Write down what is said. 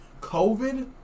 COVID